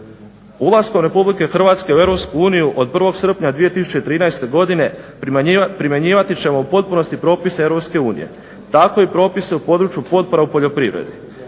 Ulaskom Republike Hrvatske u Europsku uniju od 1. srpnja 2013. godine primjenjivati ćemo u potpunosti propise Europske unije, tako i propise u području potpora u poljoprivredi.